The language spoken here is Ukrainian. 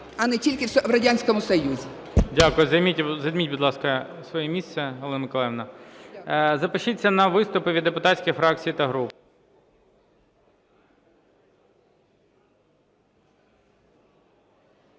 а не тільки в Радянському Союзі.